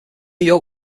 york